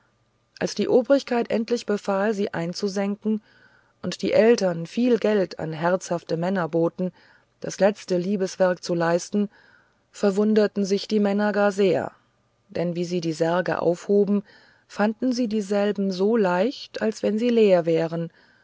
als die obrigkeit endlich befahl sie einzusenken und die eltern viel geld an herzhafte männer boten das letzte liebeswerk zu leisten verwunderten sich die männer gar sehr denn wie sie die särge aufhoben fanden sie dieselben so leicht als wenn sie leer wären